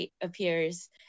appears